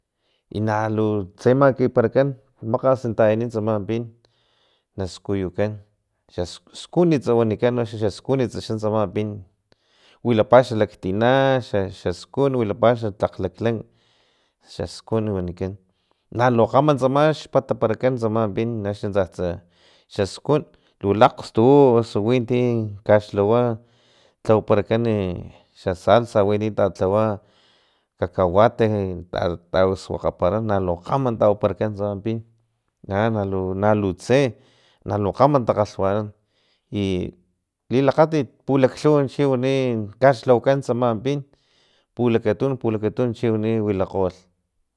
I nalu tse makikaparakan makgas tayani tsama pin naskuyukan xa skunits wanikan noxa skunits xatsama pin wilapa xalaktina xa xaskun wilapa xa tlak laklank xaskuni wanikan nalukgama tsama amaxpataparakan tsama pin naxa tsatsa xaskun lu lakgstu u usuwinti kaxlhawa tlawaparakan xa salsa winti tatlawa cacahuate e ta ta suakgapara kgama tawaparakan tsama pin kana lutse nalu kgama takgaxwanani lilakgatit pulaklhuwa chiwani kaxlhawakan tsamapin pulakatun pulakatun chiama wilakgolh